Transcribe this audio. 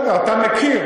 בסדר, אתה מכיר.